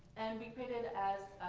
and we created as